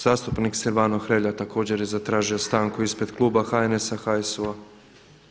Zastupnik Silvano Hrelja također je zatražio stanku ispred kluba HNS-HSU-a.